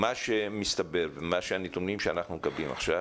מה שמסתבר מהנתונים שאנחנו מקבלים עכשיו,